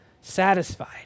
satisfied